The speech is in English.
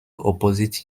opposite